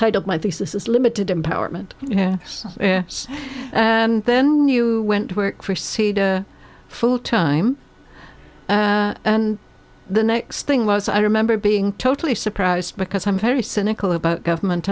titled my thesis is limited empowerment and then you went to work for sita full time and the next thing was i remember being totally surprised because i'm very cynical about government